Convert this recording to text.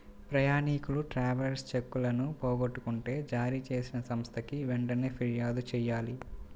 ప్రయాణీకులు ట్రావెలర్స్ చెక్కులను పోగొట్టుకుంటే జారీచేసిన సంస్థకి వెంటనే పిర్యాదు చెయ్యాలి